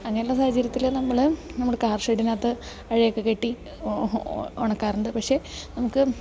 അങ്ങനെയുള്ള സാഹചര്യത്തിൽ നമ്മൾ നമ്മൾ കാർ ഷെഡിനകത്ത് അഴയൊക്കെ കെട്ടി ഉണക്കാറുണ്ട് പക്ഷേ നമുക്ക്